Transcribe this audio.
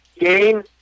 Game